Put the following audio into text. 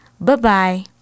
Bye-bye